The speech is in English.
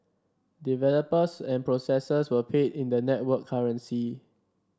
developers and processors were paid in the network currency